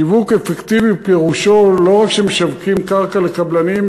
שיווק אפקטיבי פירושו לא רק שמשווקים קרקע לקבלנים,